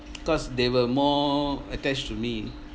cause they were more attached to me